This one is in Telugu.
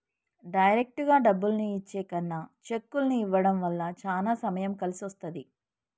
డైరెక్టుగా డబ్బుల్ని ఇచ్చే కన్నా చెక్కుల్ని ఇవ్వడం వల్ల చానా సమయం కలిసొస్తది